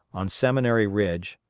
on seminary ridge,